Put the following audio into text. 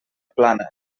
plana